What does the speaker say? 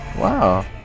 Wow